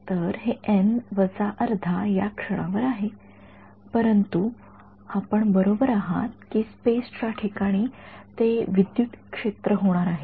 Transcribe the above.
तर हे एन् अर्धा या क्षणावर आहे परंतु आपण बरोबर आहात की स्पेसच्या ठिकाणी ते विद्युत क्षेत्र होणार आहे